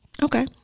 Okay